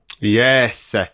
Yes